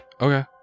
Okay